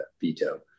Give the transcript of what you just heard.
veto